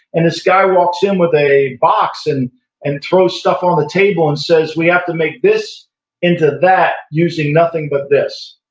and this guy walks in with a box and and throws stuff on the table and says we have to make this into that using nothing but this.